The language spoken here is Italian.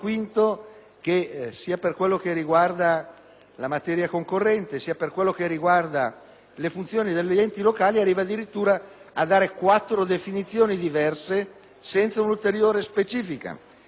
la materia concorrente sia per quello che riguarda le funzioni degli enti locali, arriva addirittura a dare quattro definizioni diverse senza una ulteriore specificazione. Di qui la necessità in questo momento